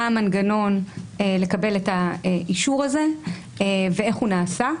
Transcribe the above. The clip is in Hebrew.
מה המנגנון לקבל את האישור הזה ואיך הוא נעשה.